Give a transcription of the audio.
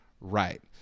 Right